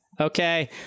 Okay